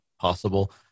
possible